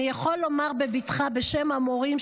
אני יכול לומר בבטחה בשם המורים,